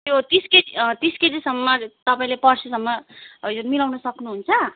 त्यो तिस केजी तिस केजीसम्म तपाईँले पर्सीसम्म उयो मिलाउनु सक्नुहुन्छ